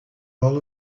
all